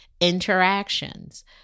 interactions